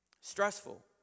stressful